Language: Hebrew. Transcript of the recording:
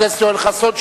חבר הכנסת יואל חסון,